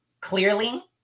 clearly